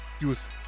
use